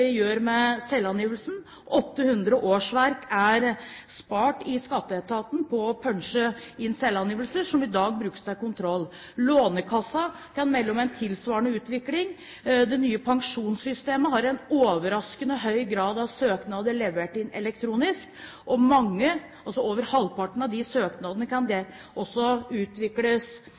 gjør med selvangivelsen. 800 årsverk er spart i Skatteetaten på å punche inn selvangivelser, som i dag brukes til kontroll. Lånekassen kan melde om en tilsvarende utvikling. Det nye pensjonssystemet har en overraskende høy grad av søknader levert inn elektronisk, og mange – over halvparten – av de søknadene kan også utvikles